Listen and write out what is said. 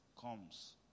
comes